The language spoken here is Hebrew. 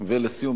ולסיום,